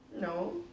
no